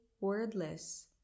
wordless